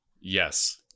Yes